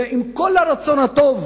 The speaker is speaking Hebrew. ועם כל הרצון הטוב